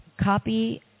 copy